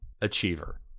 achiever